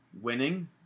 winning